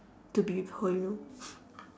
to be with her you know